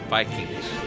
Vikings